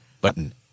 Button